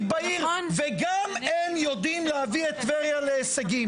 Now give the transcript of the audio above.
בעיר וגם הם יודעים להביא את טבריה להישגים